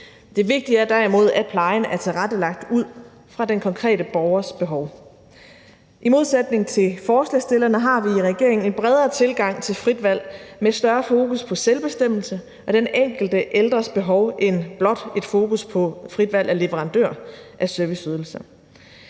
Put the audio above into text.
Det vigtige er derimod, at plejen er tilrettelagt ud fra den konkrete borgers behov. I modsætning til forslagsstillerne har vi i regeringen en bredere tilgang til frit valg med større fokus på selvbestemmelse og den enkelte ældres behov end blot et fokus på frit valg af leverandør af serviceydelser.